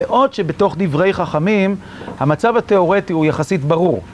בעוד שבתוך דברי חכמים, המצב התיאורטי הוא יחסית ברור.